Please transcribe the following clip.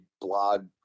blog